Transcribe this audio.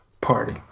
party